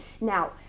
Now